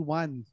one